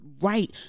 right